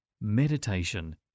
Meditation